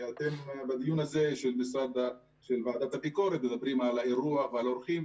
ואתם בדיון הזה של ועדת הביקורת מדברים על אירוח ועל אורחים,